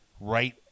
right